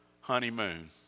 Honeymoon